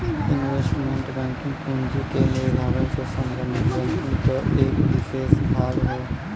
investment banking पूंजी के निर्माण से संबंधित बैंकिंग क एक विसेष भाग हौ